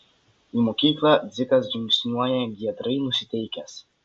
į mokyklą dzikas žingsniuoja giedrai nusiteikęs